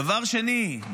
דבר שני,